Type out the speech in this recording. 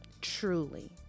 Truly